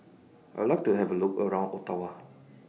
I Would like to Have A Look around Ottawa